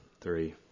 Three